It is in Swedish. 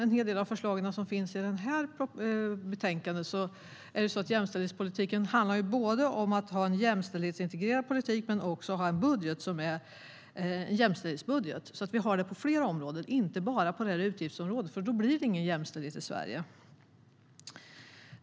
En hel del av förslagen i betänkandet handlar om jämställdhetspolitiken, som måste ha både jämställdhetsintegrering och en jämställdhetsbudget. Vi måste ha detta inom flera områden, inte bara inom det här utgiftsområdet. Annars blir det ingen jämställdhet i Sverige.